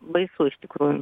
baisu iš tikrųjų